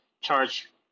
charge